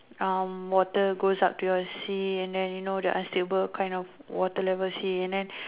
um water goes up to your sea and then you know the unstable kind of water level sea and then